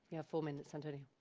have four minutes, antonio.